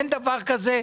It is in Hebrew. אין דבר כזה.